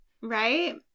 Right